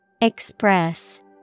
Express